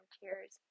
tears